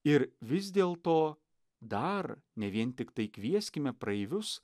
ir vis dėlto dar ne vien tiktai kvieskime praeivius